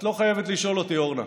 את לא חייבת לשאול אותי, אורנה.